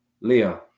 Leah